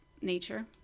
nature